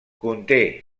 conté